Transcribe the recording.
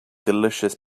delicious